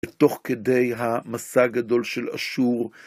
ותוך כדי המסע הגדול של אשור,